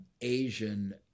Asian